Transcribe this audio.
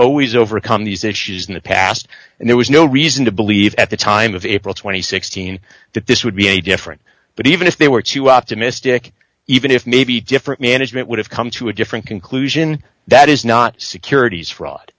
always overcome these issues in the past and there was no reason to believe at the time of april two thousand and sixteen that this would be a different but even if they were too optimistic even if maybe different management would have come to a different conclusion that is not securities fraud